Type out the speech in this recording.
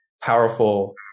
powerful